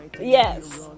Yes